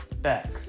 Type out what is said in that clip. back